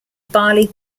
barley